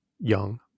Young